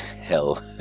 hell